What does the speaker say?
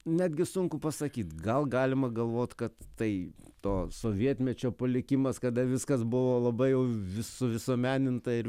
netgi sunku pasakyt gal galima galvot kad tai to sovietmečio palikimas kada viskas buvo labai jau visu visuomeninta ir